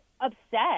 upset